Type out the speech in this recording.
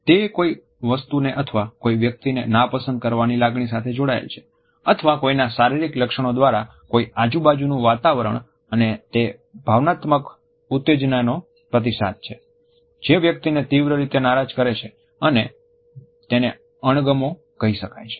તે કોઈ વસ્તુ ને અથવા કોઈ વ્યક્તિને ના પસંદ કરવાની લાગણી સાથે જોડાયેલ છે અથવા કોઈના શારીરિક લક્ષણો દ્વારા કોઈ આજુબાજુનું વાતાવરણ અને તે ભાવનાત્મક ઉત્તેજનાનો પ્રતિસાદ છે જે વ્યક્તિને તીવ્ર રીતે નારાજ કરે છે તેને અણગમો કહી શકાય છે